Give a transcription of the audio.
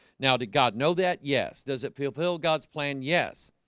now did god know that? yes, does it feel he'll god's plan. yes,